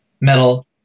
metal